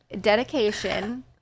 Dedication